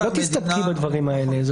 את לא תסתפקי בדברים האלה.